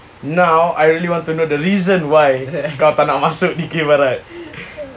now I really want to know the reason why kau tak nak masuk dikir barat